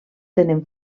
tenen